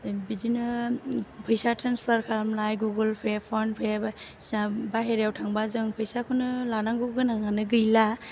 बिदिनो फैसा थ्रेनसफार खालामनाय गुगोल पे फन पे बायदिसिना बाहेरायाव थांबा जों फैसाखौनो लानांगौ गोनांआनो गैला